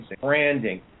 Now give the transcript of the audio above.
branding